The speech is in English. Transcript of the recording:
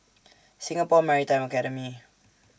Singapore Maritime Academy